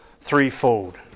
threefold